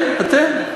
כן, אתם.